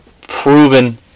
proven